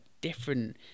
different